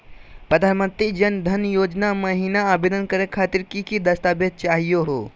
प्रधानमंत्री जन धन योजना महिना आवेदन करे खातीर कि कि दस्तावेज चाहीयो हो?